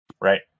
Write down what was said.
Right